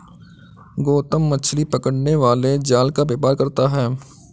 गौतम मछली पकड़ने वाले जाल का व्यापार करता है